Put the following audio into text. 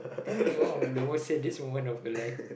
tell me one of the lowest saddest moment of your life